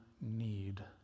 need